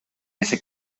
ese